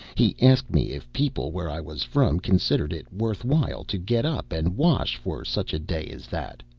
he asked me if people where i was from considered it worth while to get up and wash for such a day as that.